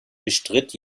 bestritt